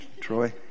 Troy